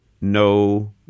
no